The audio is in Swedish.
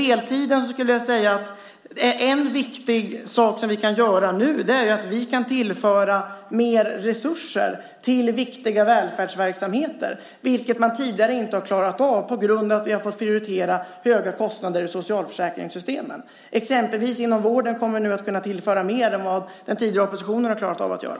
En viktig sak som vi kan göra nu när det gäller deltiden är att tillföra mer resurser till viktiga välfärdsverksamheter. Det har man inte klarat av tidigare på grund av att vi har fått prioritera höga kostnader i socialförsäkringssystemen. Vi kommer exempelvis att kunna tillföra mer inom vården än vad den tidigare majoriteten har klarat av att göra.